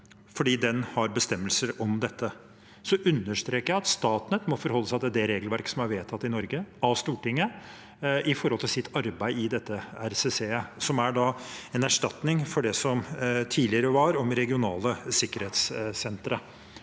fordi den har bestemmelser om dette. Så understreker jeg at Statnett må forholde seg til det regelverket som er vedtatt i Norge, av Stortinget, i deres arbeid i dette RCC-et, som altså er en erstatning for det som var tidligere, med regionale sikkerhetssentre.